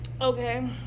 Okay